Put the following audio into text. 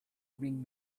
ring